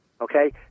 Okay